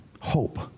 hope